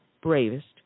bravest